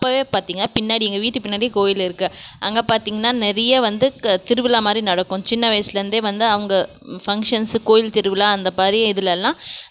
அப்போவே பார்த்தீங்கனா பின்னாடி எங்கள் வீட்டுப் பின்னாடியே கோவில் இருக்குது அங்கே பார்த்தீங்கனா நிறைய வந்து திருவிழா மாதிரி நடக்கும் சின்ன வயசுலேருந்தே வந்து அங்கே ஃபங்க்ஷன்ஸு கோவில் திருவிழா அந்த மாதிரி இதுலெல்லாம்